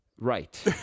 Right